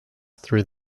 through